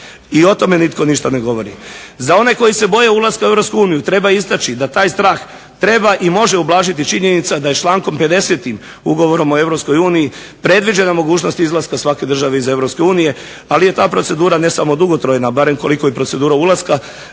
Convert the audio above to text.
i o tome nitko ništa ne govori. Za one koji se boje ulaska u EU treba istaći da taj strah treba i može ublažiti činjenica da je člankom 50. Ugovorom o EU predviđena mogućnost izlaska svake države iz EU, ali je ta procedura ne samo dugotrajna barem koliko i procedura ulaska,